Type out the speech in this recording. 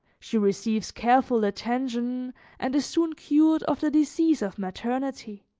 she receives careful attention and is soon cured of the disease of maternity.